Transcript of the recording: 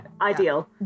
ideal